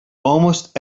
almost